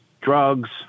drugs